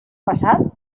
passat